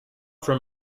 from